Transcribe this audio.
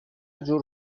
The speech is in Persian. جور